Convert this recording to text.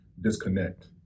disconnect